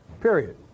period